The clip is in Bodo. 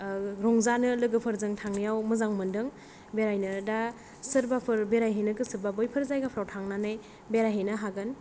रंजानो लोगोफोरजों थांनाआव मोजां मोनदों बेरायनो दा सोरबाफोर बेराय हैनो गोसोबा बैफोर जायगाआव बेराय हैनो हागोन